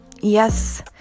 yes